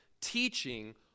teaching